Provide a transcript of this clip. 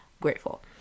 grateful